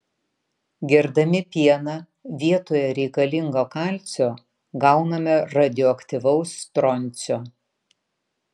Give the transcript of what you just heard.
gerdami pieną vietoje reikalingo kalcio gauname radioaktyvaus stroncio